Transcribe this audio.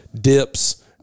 dips